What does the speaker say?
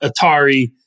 Atari